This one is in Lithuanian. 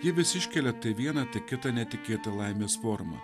ji vis iškelia tai vieną tai kitą netikėtą laimės formą